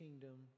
kingdom